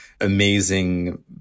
amazing